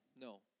no